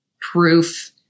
proof